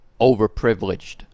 overprivileged